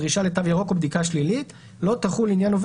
הדרישה לתו ירוק בבדיקה שלילית - לעניין עובד